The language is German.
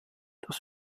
dass